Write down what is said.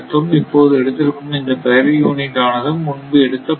இப்போது எடுத்திருக்கும் இந்த பெர் யூனிட் ஆனது முன்பு எடுத்த 0